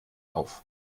auf